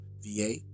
VA